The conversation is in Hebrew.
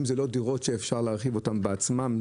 אם זה לא דירות שאפשר להרחיב אותן בעצמן,